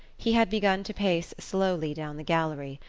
he had begun to pace slowly down the gallery,